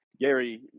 Gary